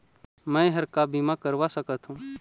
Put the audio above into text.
मैं हर का बीमा करवा सकत हो?